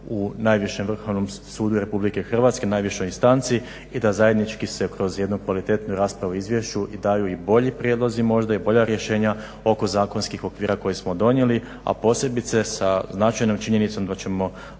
u najvišem Vrhovnom sudu Republike Hrvatske, najvišoj instanci i da zajednički se kroz jednu kvalitetnu raspravu o izvješću daju i bolji prijedlozi možda i bolja rješenja oko zakonskih okvira koje smo donijeli, a posebice sa značajnom činjenicom da ćemo